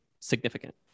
significant